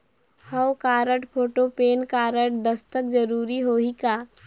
हव card, photo, PAN card, दस्खत जरूरी होही का?